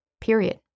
Period